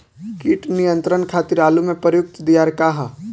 कीट नियंत्रण खातिर आलू में प्रयुक्त दियार का ह?